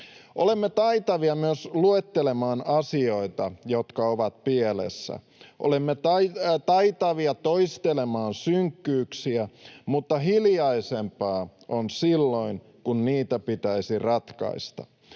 Olemme taitavia myös luettelemaan asioita, jotka ovat pielessä. Olemme taitavia toistelemaan synkkyyksiä, mutta hiljaisempaa on silloin, kun niitä pitäisi ratkaista.